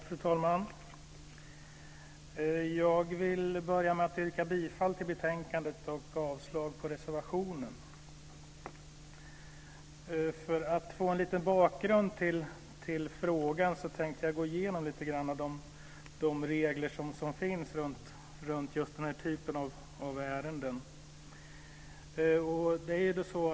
Fru talman! Jag vill börja med att yrka bifall till utskottets förslag till beslut i betänkandet och avslag på reservationen. För att ge en liten bakgrund till frågan tänkte jag gå igenom lite grann av de regler som finns runt just den här typen av ärenden.